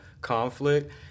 conflict